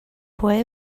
boy